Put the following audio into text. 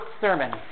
sermon